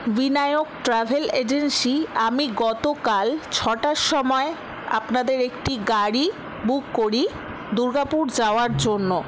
Vinayak travel agency আমি গতকাল ছটার সময় আপনাদের একটি গাড়ি বুক করি দুর্গাপুর যাওয়ার জন্য